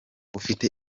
ufite